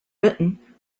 written